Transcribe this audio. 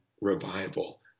revival